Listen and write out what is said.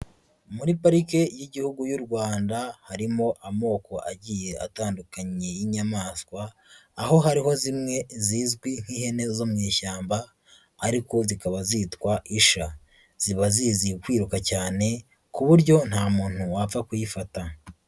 Muri parike y'Igihugu y'u Rwanda harimo amoko agiye atandukanye y'inyamaswa, aho hariho zimwe zizwi nk'ihene zo mu ishyamba ariko zikaba zitwa isha, ziba zizi kwiruka cyane ku buryo nta muntu wapfa kuyifata.